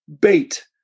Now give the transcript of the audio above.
bait